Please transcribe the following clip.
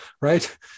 right